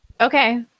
okay